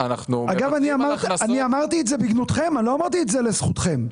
--- אגב, אני אמרתי את זה בגנותכם לא לזכותכם.